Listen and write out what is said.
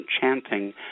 chanting